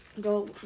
Go